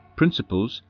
principles,